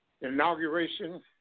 Inauguration